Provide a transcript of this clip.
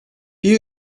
bir